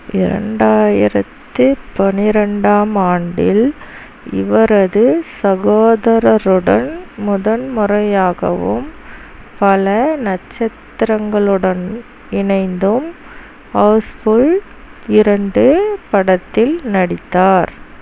இரண்டாயிரத்து பனிரெண்டாம் ஆண்டில் இவரது சகோதரருடன் முதன் முறையாகவும் பல நட்சத்திரங்களுடன் இணைந்தும் ஹவுஸ்ஃபுல் இரண்டு படத்தில் நடித்தார்